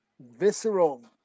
visceral